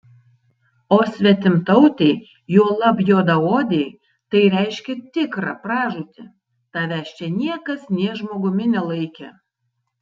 o svetimtautei juolab juodaodei tai reiškė tikrą pražūtį tavęs čia niekas nė žmogumi nelaikė